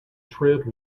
tread